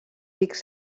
pics